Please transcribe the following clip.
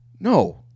No